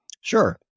Sure